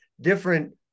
different